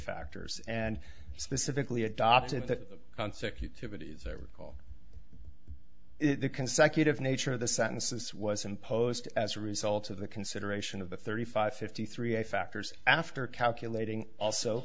factors and specifically adopted the concept utilities i recall it the consecutive nature of the sentences was imposed as a result of the consideration of the thirty five fifty three i factors after calculating also